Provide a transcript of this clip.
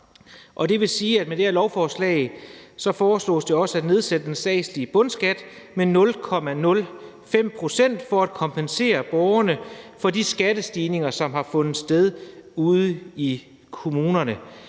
det vil sige, at det med det her lovforslag også foreslås også at nedsætte den statslige bundskat med 0,05 pct. for at kompensere borgerne for de skattestigninger, som har fundet sted ude i kommunerne.